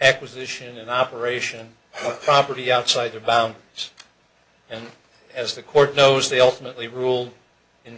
acquisition and operation property outside the bounds and as the court knows they ultimately rule in